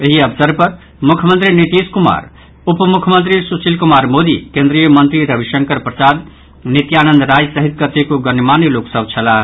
एहि अवसर पर मुख्यमंत्री नीतीश कुमार उप मुख्यमंत्री सुशील कुमार मोदी केंद्रीय मंत्री रविशंकर प्रसाद नित्यानंद राय सहित कतेको गणमान्य लोक सभ छलाह